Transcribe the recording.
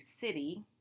city